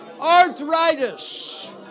arthritis